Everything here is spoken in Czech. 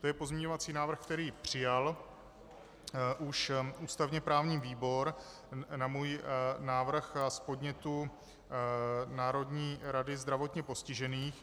To je pozměňovací návrh, který přijal už ústavněprávní výbor na můj návrh z podnětu Národní rady zdravotně postižených.